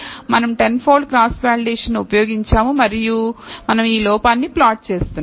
మనం 10 fold cross validation ను ఉపయోగించాము మరియు మనం ఈ లోపాన్ని ప్లాట్ చేస్తున్నాం